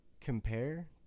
compare